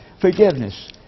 Forgiveness